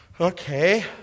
okay